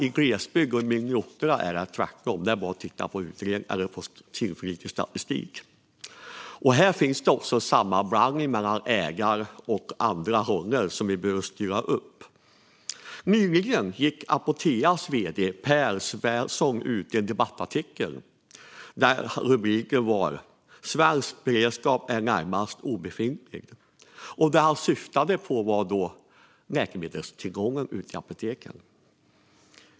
I glesbygd och på mindre orter är det dock tvärtom; det är bara att titta på tillförlitlig statistik. Här finns också en sammanblandning mellan ägare och andra roller som vi behöver styra upp. Nyligen gick Apoteas vd Pär Svärdson ut i en debattartikel med rubriken "Svensk beredskap närmast obefintlig". Det han syftade på var läkemedelstillgången ute i apoteken.